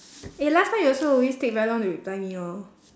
eh last time you also always take very long to reply me lor